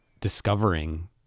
discovering